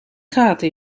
gaten